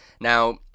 Now